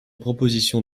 proposition